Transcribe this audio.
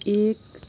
एक